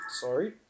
Sorry